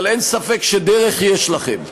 אבל אין ספק שדרך יש לכם,